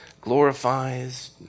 glorifies